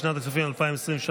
לשנת הכספים 2023,